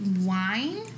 wine